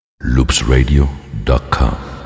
loopsradio.com